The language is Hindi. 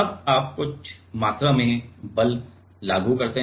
अब आप कुछ मात्रा में बल लागू करें